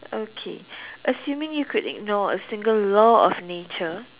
okay assuming you could ignore a single law of nature